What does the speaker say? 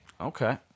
Okay